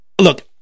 Look